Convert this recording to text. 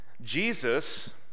Jesus